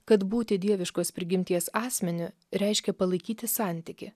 kad būti dieviškos prigimties asmeniu reiškia palaikyti santykį